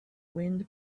wind